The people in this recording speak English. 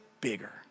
bigger